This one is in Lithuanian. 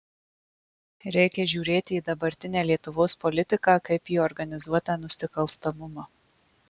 reikia žiūrėti į dabartinę lietuvos politiką kaip į organizuotą nusikalstamumą